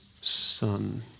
son